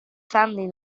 family